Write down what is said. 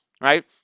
right